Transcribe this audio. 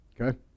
okay